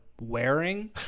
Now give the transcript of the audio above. wearing